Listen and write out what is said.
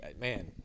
man –